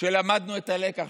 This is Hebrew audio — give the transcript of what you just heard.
שלמדנו את הלקח,